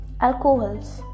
Alcohols